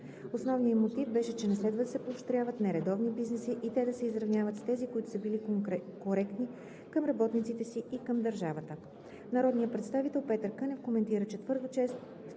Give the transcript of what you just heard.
Основният им мотив беше, че не следва да се поощряват нередовни бизнеси и те да се изравняват с тези, които са били коректни към работниците си и към държавата. Народният представител Петър Кънев коментира, че твърде често